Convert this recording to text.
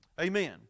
Amen